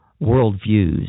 worldviews